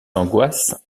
angoisses